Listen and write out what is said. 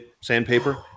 sandpaper